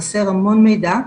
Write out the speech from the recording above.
חסר המון מידע,